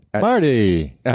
Marty